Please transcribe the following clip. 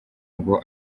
ngo